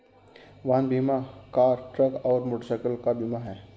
वाहन बीमा car, truck और मोटरसाइकिल का बीमा है